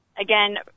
again